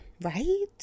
right